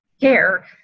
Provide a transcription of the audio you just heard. care